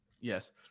Yes